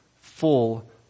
full